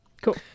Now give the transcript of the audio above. Cool